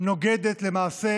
נוגדת למעשה